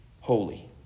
holy